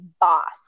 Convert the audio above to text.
boss